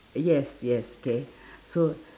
yes yes k so